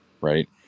right